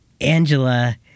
Angela